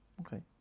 Okay